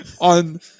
on